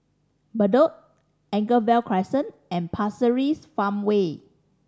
Bedok Anchorvale Crescent and Pasir Ris Farmway